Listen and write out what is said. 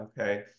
okay